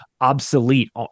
obsolete